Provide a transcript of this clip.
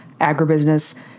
agribusiness